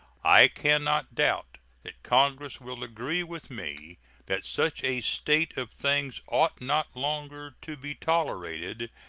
i can not doubt that congress will agree with me that such a state of things ought not longer to be tolerated,